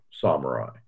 samurai